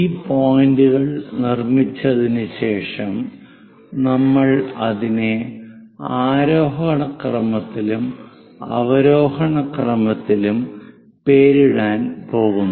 ഈ പോയിന്റുകൾ നിർമ്മിച്ചതിനുശേഷം നമ്മൾ അതിനെ ആരോഹണ ക്രമത്തിലും അവരോഹണ ക്രമത്തിലും പേരിടാൻ പോകുന്നു